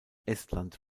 estland